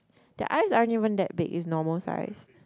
their eyes aren't even that big it's normal size